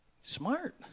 smart